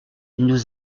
nous